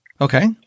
Okay